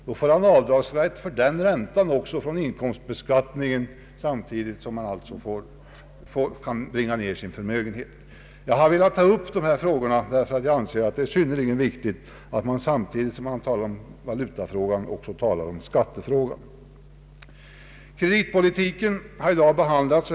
Han får alltså avdragsrätt för räntan vid inkomstbeskattningen, samtidigt som han kan bringa ner sin förmögenhet. Det är därför synnerligen viktigt att man samtidigt med valutafrågan också behandlar skattefrågan. Kreditpolitiken har i dag behandlats.